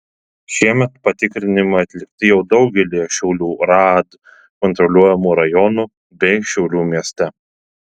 šiemet patikrinimai atlikti jau daugelyje šiaulių raad kontroliuojamų rajonų bei šiaulių mieste